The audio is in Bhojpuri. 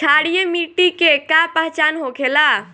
क्षारीय मिट्टी के का पहचान होखेला?